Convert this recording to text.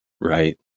Right